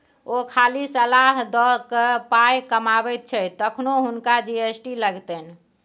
ओ खाली सलाह द कए पाय कमाबैत छथि तखनो हुनका जी.एस.टी लागतनि